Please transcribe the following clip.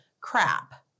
crap